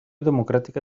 democràtica